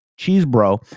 Cheesebro